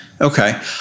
Okay